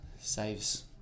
saves